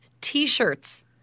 T-shirts